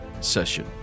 session